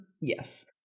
Yes